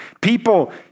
People